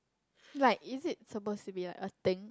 like is it supposed to be like a thing